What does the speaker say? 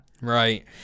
Right